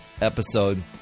episode